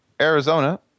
Arizona